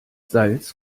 salz